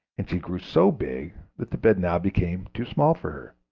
and she grew so big that the bed now became too small for her.